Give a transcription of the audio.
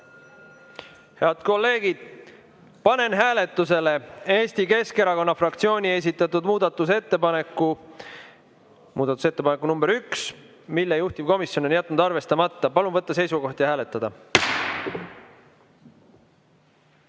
Head kolleegid, panen hääletusele Eesti Keskerakonna fraktsiooni esitatud muudatusettepaneku nr 1, mille juhtivkomisjon on jätnud arvestamata. Palun võtta seisukoht ja hääletada!